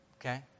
Okay